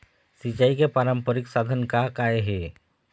सिचाई के पारंपरिक साधन का का हे?